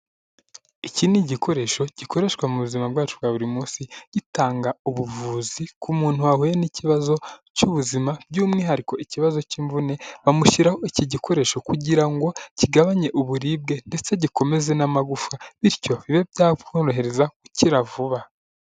Iki ni igikoresho gikoreshwa mu buzima bwacu bwa buri munsi gitanga ubuvuzi ku muntu wahuye n'ikibazo cy'ubuzima by'umwihariko ikibazo cy'imvune, bamushyiraho iki gikoresho kugira ngo kigabanye uburibwe ndetse gikomeze n'amagufa bityo bibe byamworohereza gukira vuba.